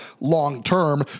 long-term